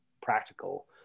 practical